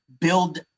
build